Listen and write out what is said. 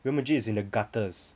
Real Madrid is in the gutters